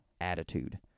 attitude